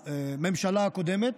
שבממשלה הקודמת,